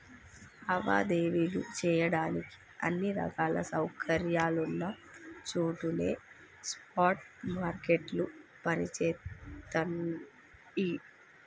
లావాదేవీలు చెయ్యడానికి అన్ని రకాల సౌకర్యాలున్న చోటనే స్పాట్ మార్కెట్లు పనిచేత్తయ్యి